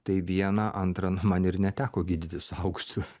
tai vieną antrą man ir neteko gydyti suaugsių